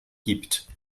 gibt